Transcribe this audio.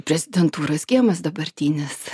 prezidentūros kiemas dabartinis